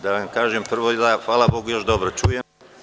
Da vam kažem, prvo, hvala Bogu još dobro čujem.